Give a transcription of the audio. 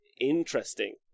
interesting